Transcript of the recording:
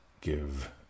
give